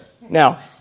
now